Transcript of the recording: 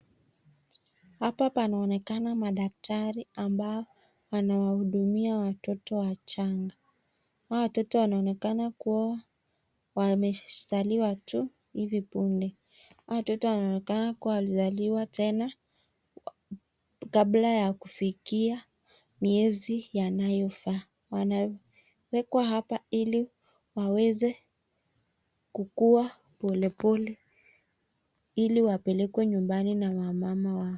Hapa panaonekana madaktari ambao wanawahudumia watoto wachanga. Hawa watoto wanaonekana kua wamezaliwa tu hivi punde. Hawa watoto wanaonekana kua walizaliwa tena kabla ya kufikia miezi yanayofaa. Wanawekwa hapa ili waweze kukua polepole ili wapelekwe nyumbani na wamama wao.